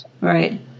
Right